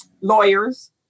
lawyers